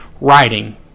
writing